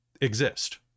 exist